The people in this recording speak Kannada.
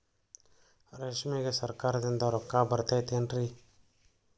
ರೇಷ್ಮೆಗೆ ಸರಕಾರದಿಂದ ರೊಕ್ಕ ಬರತೈತೇನ್ರಿ?